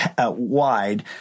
wide